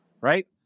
right